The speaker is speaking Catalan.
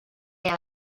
què